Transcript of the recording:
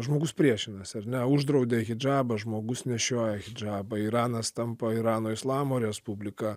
žmogus priešinasi ar neuždraudė hidžabas žmogus nešioja hidžabą iranas tampa irano islamo respublika